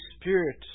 spirit